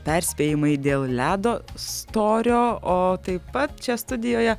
perspėjimai dėl ledo storio o taip pat čia studijoje